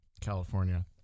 California